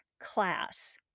class